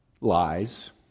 Lies